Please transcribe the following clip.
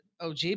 OG